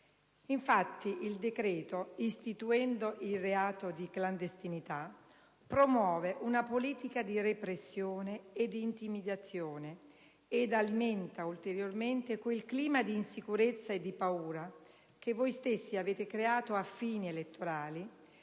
Infatti, istituendo il reato di clandestinità, il disegno di legge promuove una politica di repressione e di intimidazione ed alimenta ulteriormente quel clima di insicurezza e di paura che voi stessi avete creato a fini elettorali